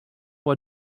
why